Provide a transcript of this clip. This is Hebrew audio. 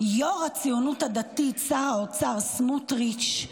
יו"ר הציונות הדתית, שר האוצר סמוטריץ',